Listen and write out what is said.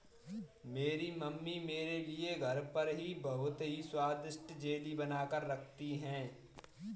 मेरी मम्मी मेरे लिए घर पर ही बहुत ही स्वादिष्ट जेली बनाकर रखती है